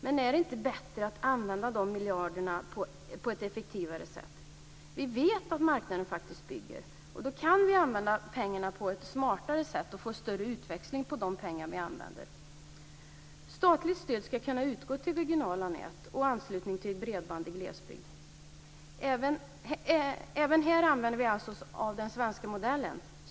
Men är det inte bättre att använda de miljarderna på ett effektivare sätt? Vi vet att marknaden faktiskt bygger, och då kan vi använda pengarna på ett smartare sätt och få större utväxling på de pengar vi använder. Statligt stöd ska kunna utgå till regionala nät och anslutning till bredband i glesbygd. Även här använder vi oss alltså av den svenska modellen.